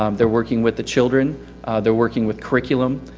um they're working with the children they're working with curriculum,